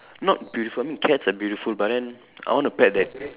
not beautiful I mean cats are beautiful but then I want a pet that